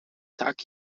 tak